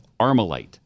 Armalite